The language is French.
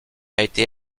été